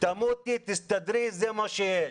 תמותי, תסתדרי, זה מה שיש.